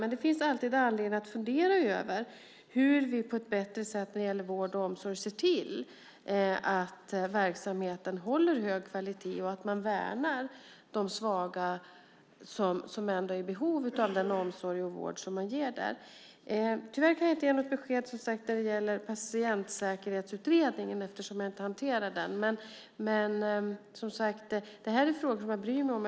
Men det finns alltid anledning att fundera över hur vi på ett bättre sätt när det gäller vård och omsorg ser till att verksamheten håller hög kvalitet och att de svaga som är i behov av omsorg och vård värnas. Tyvärr kan jag inte ge något besked när det gäller Patientsäkerhetsutredningen eftersom jag inte hanterar den. Det här är frågor som jag bryr mig om.